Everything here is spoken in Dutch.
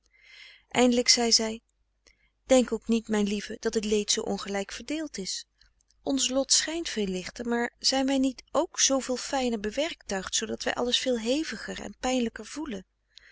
eindelijk zei zij denk ook niet mijn lieve dat het leed zoo ongelijk verdeeld is ons lot schijnt veel lichter maar zijn wij niet ook zooveel fijner bewerktuigd zoodat wij alles veel heviger en pijnlijker voelen